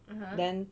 (uh huh)